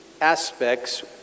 aspects